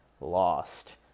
lost